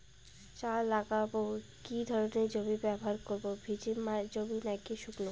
চা লাগাবো কি ধরনের জমি ব্যবহার করব ভিজে জমি নাকি শুকনো?